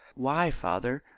why, father?